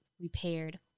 repaired